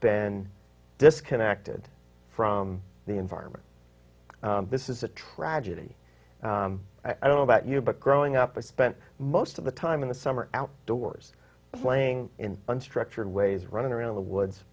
been disconnected from the environment this is a tragedy i don't know about you but growing up i spent most of the time in the summer outdoors playing in unstructured ways running around the woods